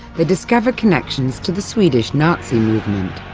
they discover connections to the swedish nazi movement.